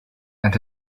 and